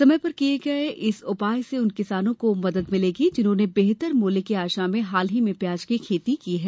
समय पर किए गए इस उपाय से उन किसानों को मदद मिलेगी जिन्होंने बेहतर मूल्य की आशा में हाल ही में प्याज की खेती की है